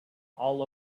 all